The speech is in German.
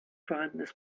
vorhandenes